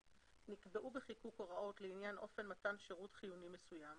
נקבעו בחיקוק הוראות לעניין אופן מתן שירות חיוני מסוים